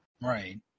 Right